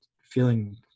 feeling